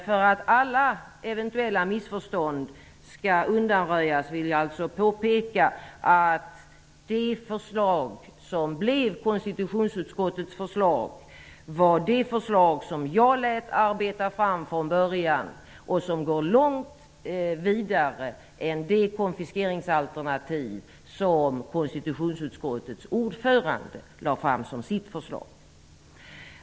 För att alla eventuella missförstånd skall undanröjas vill jag alltså påpeka, att det förslag som blev konstitutionsutskottets förslag var det förslag som jag lät arbeta fram från början och som går långt vidare än det konfiskeringsalternativ som konstitutionsutskottets ordförande lade fram som sitt förslag.